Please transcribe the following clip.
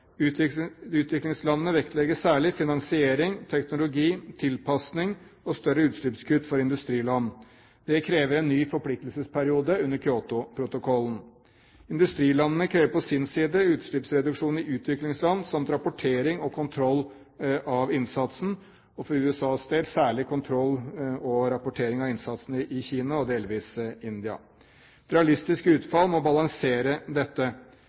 Utviklingslandene vektlegger særlig finansiering, teknologi, tilpasning og større utslippskutt for industriland. Det krever en ny forpliktelsesperiode under Kyotoprotokollen. Industrilandene krever på sin side utslippsreduksjoner i utviklingsland samt rapportering og kontroll av innsatsen, og for USAs del særlig kontroll og rapportering av innsatsen i Kina og delvis i India. Et realistisk utfall må balansere dette.